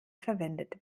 verwendet